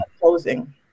closing